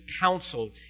counsel